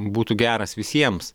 būtų geras visiems